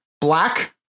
black